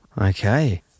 Okay